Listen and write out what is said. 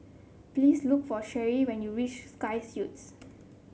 please look for Sherie when you reach Sky Suites